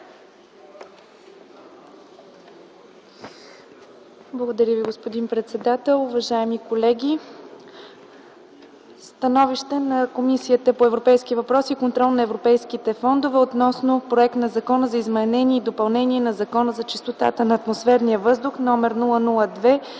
Благодаря Ви, господин председател. Уважаеми колеги! „СТАНОВИЩЕ на Комисията по европейските въпроси и контрол на европейските фондове относно проект на Закона за изменение и допълнение на Закона за чистотата на атмосферния въздух №